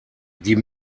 die